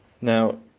Now